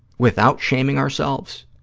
without shaming ourselves,